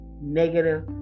negative